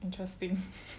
interesting